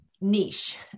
niche